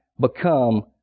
become